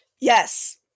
Yes